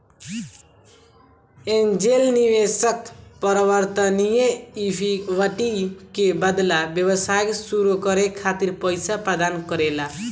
angel निवेशक परिवर्तनीय equity के बदला व्यवसाय सुरू करे खातिर पईसा प्रदान करेला